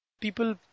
People